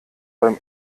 beim